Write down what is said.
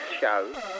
show